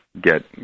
get